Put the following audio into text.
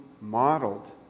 modeled